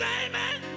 amen